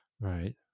Right